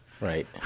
right